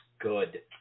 good